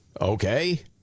okay